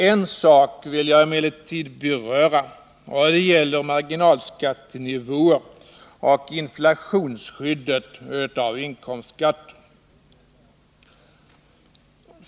En sak vill jag emellertid beröra, och det gäller marginalskattenivån och inflationsskyddet i samband med inkomstskatten.